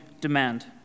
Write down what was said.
demand